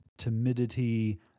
timidity